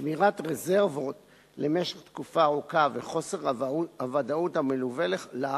שמירת רזרבות למשך תקופה ארוכה וחוסר הוודאות המלווה אליה